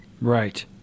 right